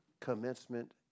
commencement